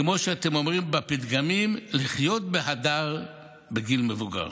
כמו שאתם אומרים בפתגמים: לחיות בהדר בגיל מבוגר?